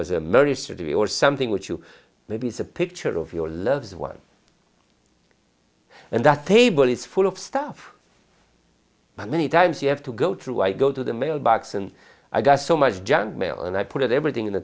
survey or something with you maybe it's a picture of your loved one and that table is full of stuff but many times you have to go through i go to the mailbox and i got so much junk mail and i put everything on the